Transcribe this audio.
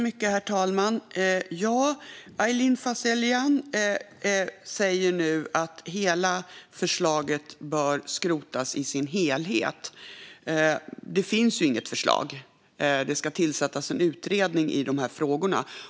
Herr talman! Aylin Fazelian säger att förslaget bör skrotas i sin helhet. Nu finns det ju inget förslag, utan det ska tillsättas en utredning i de här frågorna.